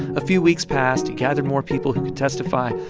a few weeks passed. he gathered more people who could testify.